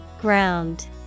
Ground